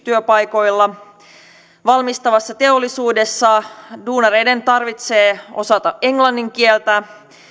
työpaikoilla valmistavassa teollisuudessa duunareiden tarvitsee osata englannin kieltä